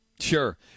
Sure